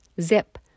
Zip